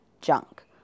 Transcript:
junk